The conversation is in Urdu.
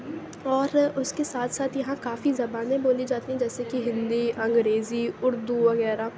اور اُس كے ساتھ ساتھ یہاں كافی زبانیں بولی جاتی ہیں جیسے كہ ہندی انگریزی اُردو وغیرہ